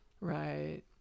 Right